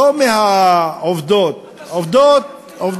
לא מהעובדות, אתה שומע את עצמך?